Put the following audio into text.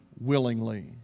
willingly